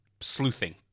sleuthing